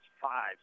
five